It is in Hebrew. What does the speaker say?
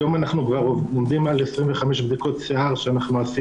היום אנחנו כבר עומדים על 25 בדיקות שיער שעשינו.